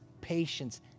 patience